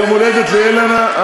יום הולדת לילנה,